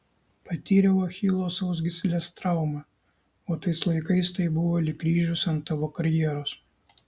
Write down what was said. patyriau achilo sausgyslės traumą o tais laikais tai buvo lyg kryžius ant tavo karjeros